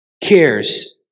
cares